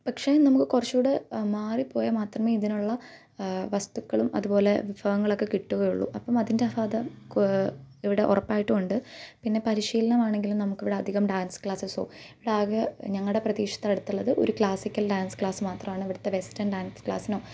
പക്ഷെ നമ്മൾക്ക് കുറച്ചു കൂടെ മാറിപ്പോയാൽ മാത്രമേ ഇതിനുള്ള വസ്തുക്കളും അത്പോലെ വിഭവങ്ങളുമൊക്കെ കിട്ടുകയുള്ളൂ അപ്പം അതിന്റ അഭാവം ഇവിടെ ഉറപ്പായിട്ടുമുണ്ട് പിന്നെ പരിശീലനമാണെങ്കിലും നമുക്ക് ഇവിടെ അധികം ഡാന്സ് ക്ലാസസോ ഇവിടെ ആകെ ഞങ്ങളുടെ പ്രദേശത്ത് അടുത്തുള്ളത് ഒരു ക്ലാസിക്കൽ ഡാൻസ് ക്ലാസ് മാത്രമാണ് ഇവിടത്തെ വെസ്റ്റേൺ ഡാൻസ് ക്ലാസിനോ